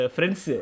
Friends